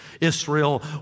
Israel